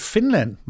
Finland